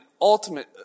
ultimate